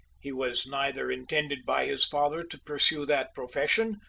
he was neither intended by his father to pursue that profession,